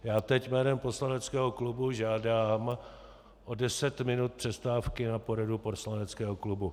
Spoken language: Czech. Já teď jménem poslaneckého klubu žádám o 10 minut přestávky na poradu poslaneckého klubu.